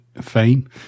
fame